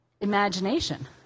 imagination